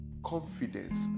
Confidence